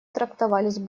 трактовались